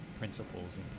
principles